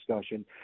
discussion